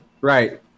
Right